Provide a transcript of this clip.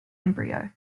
embryo